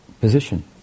position